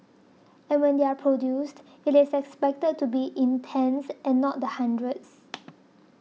and when they are produced it is expected to be in tens and not the hundreds